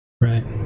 Right